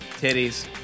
titties